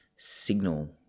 signal